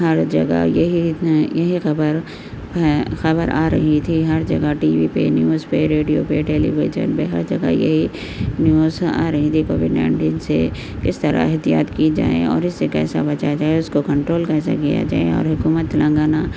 ہر جگہ یہی یہی خبر خبر آرہی تھی ہر جگہ ٹی وی پہ نیوز پہ ریڈیو پہ ٹیلی ویژن پہ ہر جگہ یہی نیوز آرہی تھی کووڈ نائنٹین سے کس طرح احتیاط کی جائے اور اس سے کیسے بچا جائے اس کو کنٹرول کیسے کیا جائے اور حکومت تلنگانہ